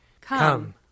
Come